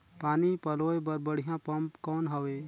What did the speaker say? पानी पलोय बर बढ़िया पम्प कौन हवय?